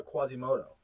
Quasimodo